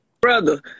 brother